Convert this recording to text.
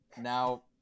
Now